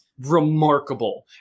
remarkable